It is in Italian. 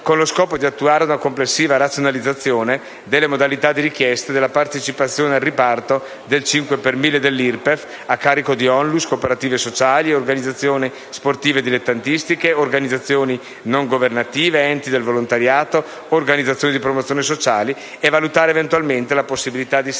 ha lo scopo di attuare una complessiva razionalizzazione delle modalità di richiesta della partecipazione al riparto del 5 per mille dell'IRPEF a carico di ONLUS, cooperative sociali, organizzazioni sportive dilettantistiche, organizzazioni non governative, enti del volontariato, organizzazioni di promozione sociale, e valutare, eventualmente, la possibilità di sanare